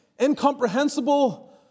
incomprehensible